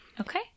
Okay